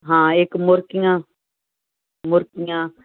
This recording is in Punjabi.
ਹਾਂ ਇੱਕ ਮੁਰਕੀਆਂ ਮੁਰਕੀਆਂ